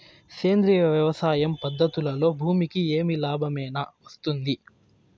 సేంద్రియ వ్యవసాయం పద్ధతులలో భూమికి ఏమి లాభమేనా వస్తుంది?